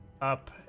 up